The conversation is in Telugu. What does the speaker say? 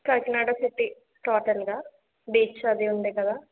కాకినాడ సిటీ టోటల్గా బీచ్ అది ఉంది కదా